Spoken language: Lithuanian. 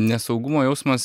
nesaugumo jausmas